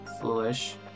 foolish